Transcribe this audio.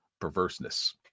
perverseness